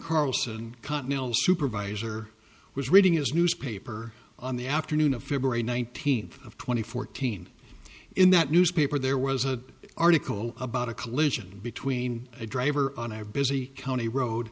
carlson continental supervisor was reading his newspaper on the afternoon of february nineteenth of twenty fourteen in that newspaper there was an article about a collision between a driver on our busy county road